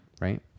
Right